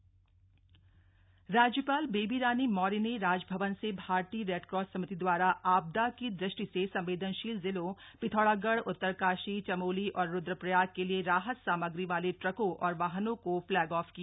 राज्यपाल राज्यपाल बेबी रानी मौर्य ने राजभवन से भारतीय रेडक्रास समिति द्वारा आपदा की दृष्टि से संवेदनशील जिलों पिथौरागढ़ उत्तरकाशी चमोली और रूद्रप्रयाग के लिए राहत सामग्री वाले ट्रकों और वाहनों को फ्लैग ऑफ किया